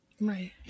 Right